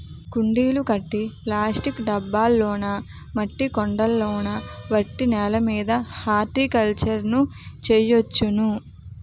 కుండీలు కట్టి ప్లాస్టిక్ డబ్బాల్లోనా మట్టి కొండల్లోన ఒట్టి నేలమీద హార్టికల్చర్ ను చెయ్యొచ్చును